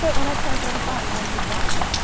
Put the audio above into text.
but when i turned thirty five i want to do broadway,